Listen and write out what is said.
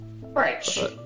Right